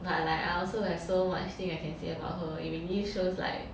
but like I also have like so much thing I can say about her it really shows like